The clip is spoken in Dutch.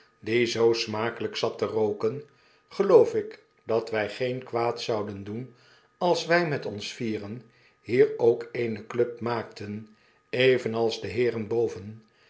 die zoo smakelyk zat te rooken geloofik dat wij geen kwaad zouden doen als wy met ons vieren hier ook eene club maakten evenals deheeren boven